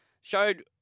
showed